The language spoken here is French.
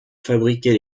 fabriquer